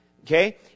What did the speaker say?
Okay